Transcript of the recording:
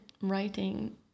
writing